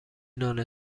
نان